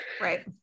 right